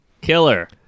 Killer